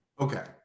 Okay